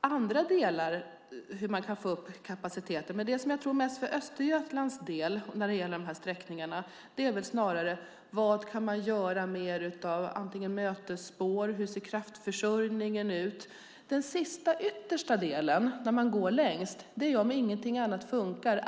andra delar när det gäller hur man kan öka kapaciteten. Men för Östergötlands del, när det gäller de här sträckningarna, handlar det väl snarare om: Vad kan man göra mer i form av mötesspår? Hur ser kraftförsörjningen ut? Om ingenting annat funkar handlar det om den sista, yttersta delen, när man går längst.